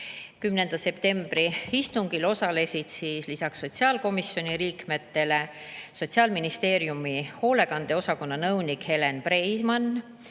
10. septembri istungil osalesid lisaks sotsiaalkomisjoni liikmetele Sotsiaalministeeriumi hoolekande osakonna nõunik Elen Preimann,